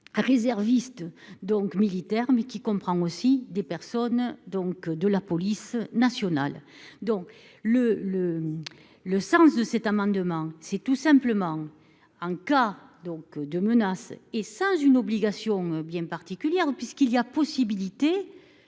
Réservistes donc militaire mais qui comprend aussi des personnes donc de la police nationale. Donc le le. Le sens de cet amendement. C'est tout simplement en cas donc de menaces et singes une obligation bien parti. Puisqu'il y a possibilité